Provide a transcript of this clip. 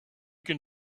can